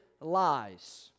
lies